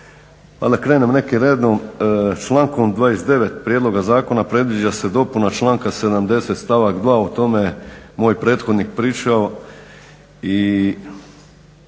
krenem nekim redom, člankom 29. Prijedloga zakona predviđa se dopuna članka 70. stavak 2. o tome je moj prethodnik pričao